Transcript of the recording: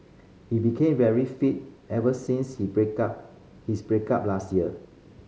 he became very fit ever since he break up his break up last year